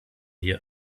hier